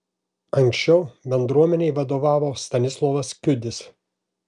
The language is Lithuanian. anksčiau bendruomenei vadovavo stanislovas kiudis